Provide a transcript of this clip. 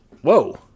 Whoa